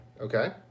Okay